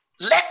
let